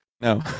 No